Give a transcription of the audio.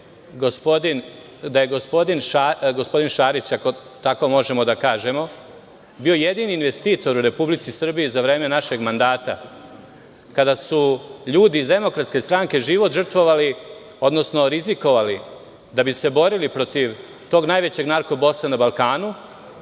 da je gospodin Šarić, ako tako možemo da kažemo, bio jedini investitor u Republici Srbiji za vreme našeg mandata, kada su ljudi iz DS, život žrtvovali, rizikovali da bi se borili tog najvećeg narko-bosa na Balkanu,